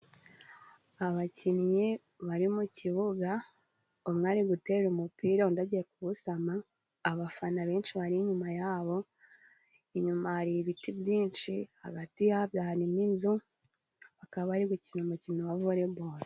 Abakinnyi bari mu kibuga, umwe ari gutera umupira undi agiye kuwusama, abafana benshi bari inyuma yabo inyuma hari ibiti byinshi hagati yabyo harimo inzu, bakaba bari bakina umukino wa voliboro.